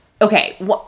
okay